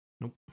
nope